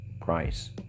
price